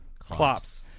Clops